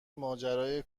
ماجرای